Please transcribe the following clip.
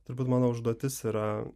turbūt mano užduotis yra